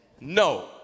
no